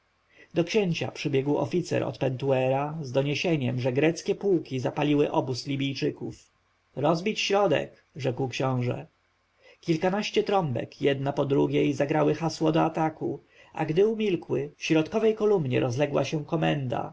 do księcia przybiegł oficer od pentuera z doniesieniem że greckie pułki zapaliły obóz libijczyków rozbić środek rzekł książę kilkanaście trąbek jedna po drugiej zagrały hasło do ataku a gdy umilkły w środkowej kolumnie rozległa się komenda